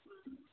ꯎꯝ